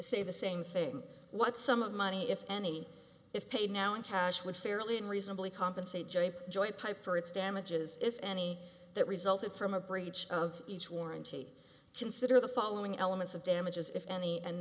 say the same thing what sum of money if any if paid now in cash which fairly unreasonably compensate joy joy pipe for its damages if any that resulted from a breach of each warranty consider the following elements of damages if any and